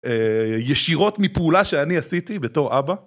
ישירות מפעולה שאני עשיתי בתור אבא